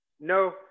No